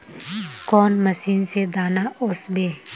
कौन मशीन से दाना ओसबे?